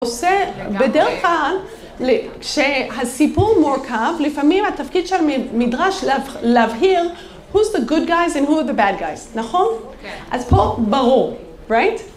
עושה, בדרך כלל, כשהסיפור מורכב, לפעמים התפקיד של מדרש להבהיר Who's the good guys and who are the bad guys, נכון? אז פה ברור, Right?